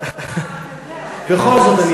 בכל זאת,